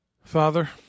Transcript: Father